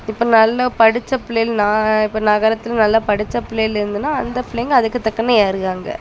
இப்போ நல்ல படித்த பிள்ளைகளு நான் இப்போ நகரத்தில் நல்லா படித்த பிள்ளைகளு இருந்துதுன்னால் அந்த பிள்ளைங்கள் அதுக்கு தக்கன ஏறுகாங்கள்